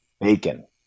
bacon